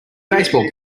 baseball